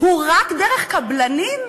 הוא רק דרך קבלנים?